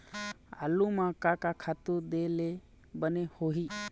आलू म का का खातू दे ले बने होही?